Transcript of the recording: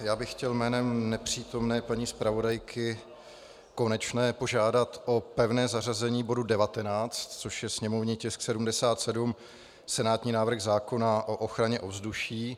Já bych chtěl jménem nepřítomné paní zpravodajky Konečné požádat o pevné zařazení bodu 19, což je sněmovní tisk 77, senátní návrh zákona o ochraně ovzduší.